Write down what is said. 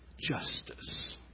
justice